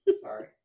sorry